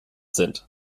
sind